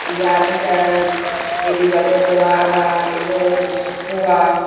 ॾियारी त एॾी वॾो त्योहार आहे एॾो सुठो आहे